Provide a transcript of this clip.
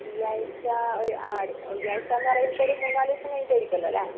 ഈ ആഴ്ച്ച ഒരു ആ അട് ഈ ആഴ്ച എന്ന് പറയുമ്പോൾ ഒരു മൂന്നാല് ദിവസം കഴിഞ്ഞിട്ടായിരിക്കുമല്ലോ അല്ലേ